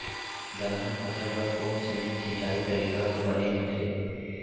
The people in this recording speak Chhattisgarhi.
दलहन फसल बर कोन सीमित सिंचाई तरीका ह बने होथे?